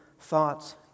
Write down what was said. thoughts